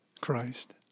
Christ